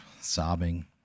sobbing